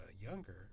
younger